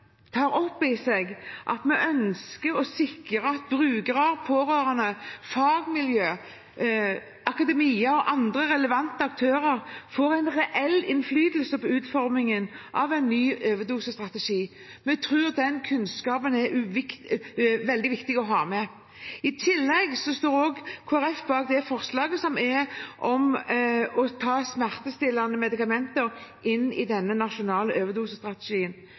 tar opp i seg at vi ønsker å sikre at brukere, pårørende, fagmiljøene, akademia og andre relevante aktører får en reell innflytelse på utformingen av en ny overdosestrategi. Vi tror den kunnskapen er veldig viktig å ha med seg. I tillegg stiller Kristelig Folkeparti seg bak forslaget i II, som handler om å ta smertestillende medikamenter inn i denne nasjonale overdosestrategien.